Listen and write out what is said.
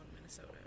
Minnesota